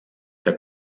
que